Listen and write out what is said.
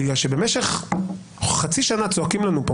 בגלל שבמשך חצי שנה צועקים לנו כאן,